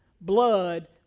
blood